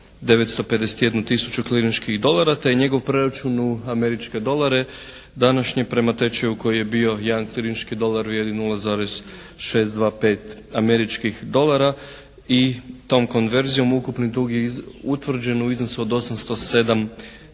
951 tisuću klirinških dolara te je njegov preračun u američke dolare današnji prema tečaju koji je bio jedan klirinški dolar vrijedi 0,625 američkih dolara i tom konverzijom ukupni dug je utvrđen u iznosu od 807 milijuna